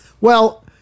Well-